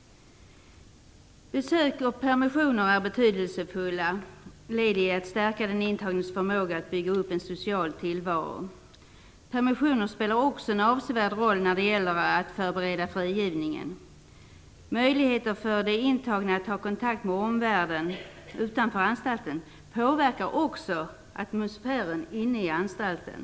Besök och permissioner är betydelsefulla led i att stärka den intagnes förmåga att bygga upp en social tillvaro. Permissioner spelar också en avsevärd roll när det gäller att förbereda frigivningen. Möjligheter för de intagna att ha kontakt med omvärlden utanför anstalten påverkar också atmosfären inne på anstalten.